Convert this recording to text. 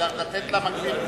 לתת לה מגביר קול.